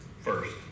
first